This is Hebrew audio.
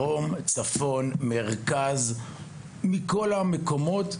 צפון מרכז ודרום, מכל המקומות.